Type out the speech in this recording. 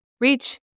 reach